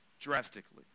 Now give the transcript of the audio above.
drastically